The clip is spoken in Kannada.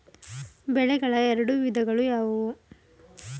ಬೆಳೆಗಳ ಎರಡು ವಿಧಗಳು ಯಾವುವು?